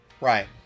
Right